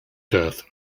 death